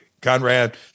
Conrad